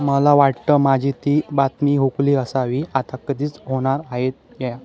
मला वाटतं माझी ती बातमी हुकली असावी आता कधीच होणार आहेत या